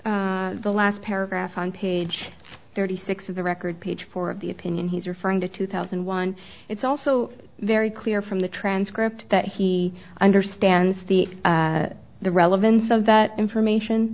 ffs the last paragraph on page thirty six of the record page four of the opinion he's referring to two thousand and one it's also very clear from the transcript that he understands the the relevance of that information